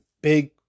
Big